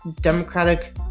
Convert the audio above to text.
Democratic